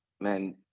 man